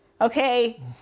Okay